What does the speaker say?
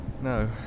No